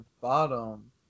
bottom